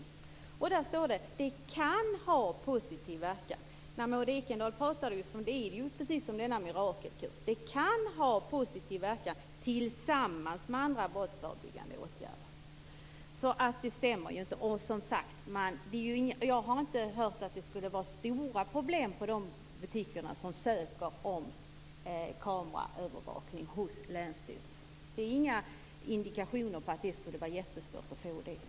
Där står att kameraövervakning kan ha positiv verkan. Maud Ekendahl pratade som att det skulle vara just en mirakelkur. Men det kan alltså ha positiv verkan tillsammans med andra brottsförebyggande åtgärder. Det Maud Ekendahl sade stämmer inte. Jag har inte hört att det skulle vara stora problem för de butiker som ansöker hos länsstyrelsen om kameraövervakning. Det finns inga indikationer på att det skulle vara jättesvårt att få tillstånd.